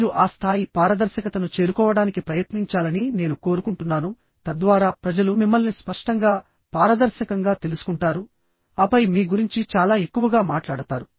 మీరు ఆ స్థాయి పారదర్శకతను చేరుకోవడానికి ప్రయత్నించాలని నేను కోరుకుంటున్నాను తద్వారా ప్రజలు మిమ్మల్ని స్పష్టంగా పారదర్శకంగా తెలుసుకుంటారు ఆపై మీ గురించి చాలా ఎక్కువగా మాట్లాడతారు